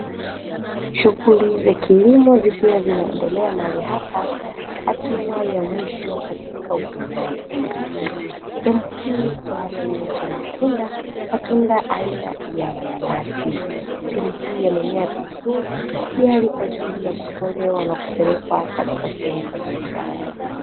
Shughuli za kilimo zikiwa zinaendelea mahali hapa hatua ya mwisho katika uvunaji sehemu hii kuna kilimo cha matunda, matunda aina ya mananasi sehemu hii yamemea vizuri tiyari kwa ajili ya kutolewa na kupelekwa katika sehemu za biashara.